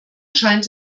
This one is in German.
scheint